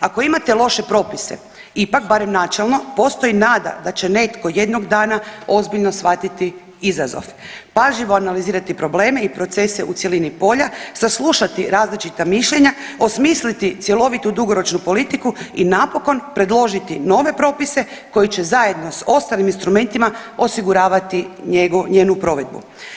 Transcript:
Ako imate loše propise ipak barem načelno postoji nada da će netko jednog dana ozbiljno shvatiti izazov, pažljivo analizirati probleme i procese u cjelini polja, saslušati različita mišljenja, osmisliti cjelovitu dugoročnu politiku i napokon predložiti nove propise koji će zajedno s ostalim instrumentima osiguravati njenu provedbu.